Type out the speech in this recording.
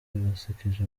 basekeje